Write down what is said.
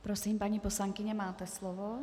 Prosím, paní poslankyně, máte slovo.